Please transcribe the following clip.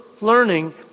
learning